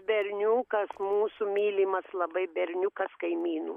berniukas mūsų mylimas labai berniukas kaimynų